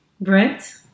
Brent